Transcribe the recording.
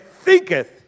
thinketh